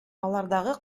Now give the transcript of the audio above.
алардагы